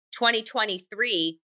2023